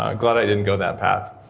ah glad i didn't go that path.